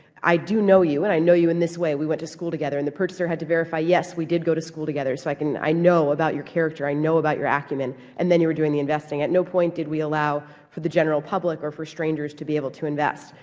i do know you and i know you in this way we went to school together. and the purchaser had to verify, yes, we did go to school, so like and i know about your character, i know about your acumen, and then you were doing the investing. at no point did we allow for the general public or for strangers to be able to invest.